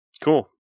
Cool